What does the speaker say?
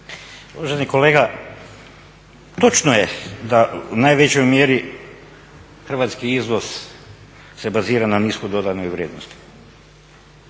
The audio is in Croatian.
Uvaženi kolega točno je da u najvećoj mjeri hrvatski izvoz se bazira na nisko dodanoj vrijednosti.